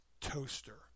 toaster